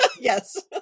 yes